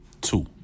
Two